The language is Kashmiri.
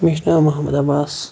مےٚ چھُ ناو مُحمد عَباس